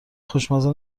خوشمزه